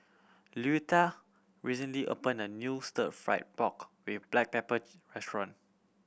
Luetta recently opened a new Stir Fried Pork With Black Pepper restaurant